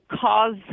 cause